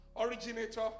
originator